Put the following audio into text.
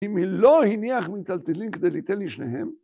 אם היא לא הניח מטלטלין כדי לתת לשניהם